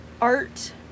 art